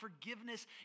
forgiveness